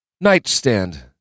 Nightstand